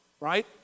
right